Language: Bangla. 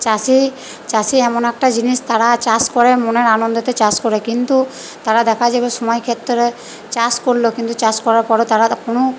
চাষি চাষি এমন একটা জিনিস তারা চাষ করে মনের আনন্দতে চাষ করে কিন্তু তারা দেখা যাবে সময় ক্ষেত্রে চাষ করলো কিন্তু চাষ করার পরও তারা তখনও